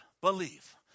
believe